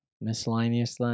miscellaneous